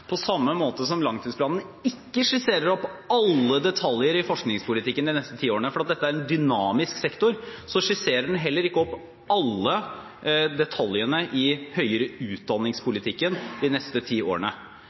På samme måte som langtidsplanen ikke skisserer opp alle detaljer i forskningspolitikken de neste ti årene, fordi dette er en dynamisk sektor, skisserer den heller ikke opp alle detaljene i den høyere utdanningspolitikken de neste ti årene.